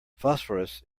phosphorus